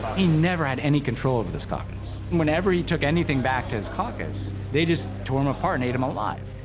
he never had any control of this caucus, and whenever he took anything back to his caucus, they just tore him apart and ate him alive.